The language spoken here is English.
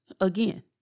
Again